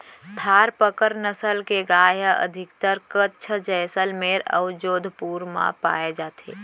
थारपकर नसल के गाय ह अधिकतर कच्छ, जैसलमेर अउ जोधपुर म पाए जाथे